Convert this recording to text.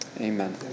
Amen